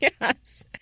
Yes